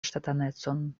ŝtatanecon